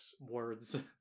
words